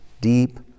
Deep